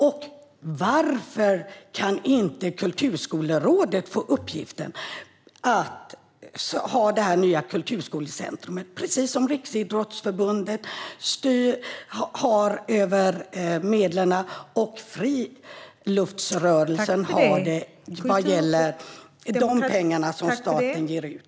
Och varför kan inte Kulturskolerådet få uppgiften att sköta detta nya kulturskolecentrum, precis som Riksidrottsförbundet styr över sina medel och friluftsrörelsen styr över de pengar som staten ger ut?